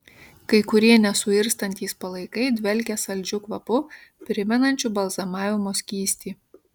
kai kurie nesuirstantys palaikai dvelkia saldžiu kvapu primenančiu balzamavimo skystį